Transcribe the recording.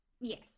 Yes